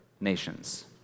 nations